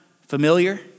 familiar